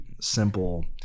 simple